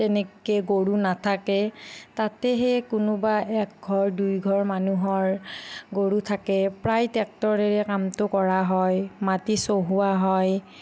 তেনেকৈ গৰু নাথাকে তাতে হে কোনোবাই এক ঘৰ দুই ঘৰ মানুহৰ গৰু থাকে প্ৰায় ট্ৰেক্টৰেৰে কামটো কৰা হয় মাটি চহোৱা হয়